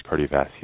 cardiovascular